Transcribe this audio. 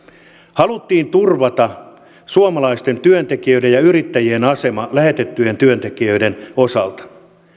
haluttiin turvata suomalaisten työntekijöiden ja yrittäjien asema lähetettyjen työntekijöiden osalta